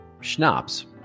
schnapps